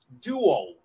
Duo